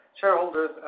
shareholders